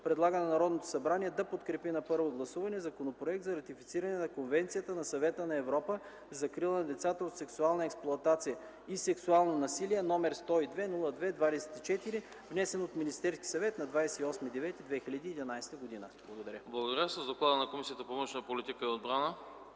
предлага на Народното събрание да подкрепи на първо гласуване Законопроекта за ратифициране на Конвенцията на Съвета на Европа за закрила на децата от сексуална експлоатация и сексуално насилие, № 102-02-24, внесен от Министерския съвет на 28 септември 2011 г.” ПРЕДСЕДАТЕЛ АНАСТАС АНАСТАСОВ: Благодаря. С доклада на Комисията по външна политика и отбрана